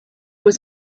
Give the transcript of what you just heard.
was